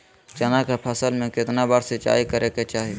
चना के फसल में कितना बार सिंचाई करें के चाहि?